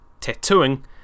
tattooing